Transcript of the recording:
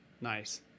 Nice